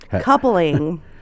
coupling